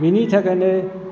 बेनि थाखायनो